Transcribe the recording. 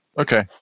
Okay